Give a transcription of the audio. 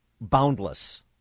boundless